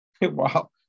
Wow